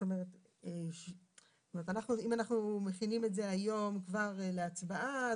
זאת אומרת אם אנחנו מכינים את זה היום כבר להצבעה,